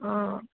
অঁ